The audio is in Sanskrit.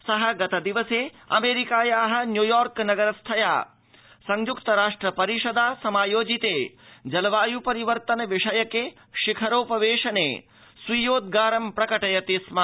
सः गतदिवसे अमेरिकायाः न्यूयॉर्क नगरस्थयाः संयक्तराष्ट्रपरिषदा समायोजिते जलवाय परिवर्तन विषयके शिखरोपवेशने स्वीयोद्रारं प्रकटयति स्म